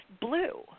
blue